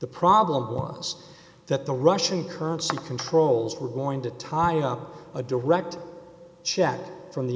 the problem was that the russian currency controls were going to tie up a direct check from the